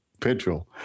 petrol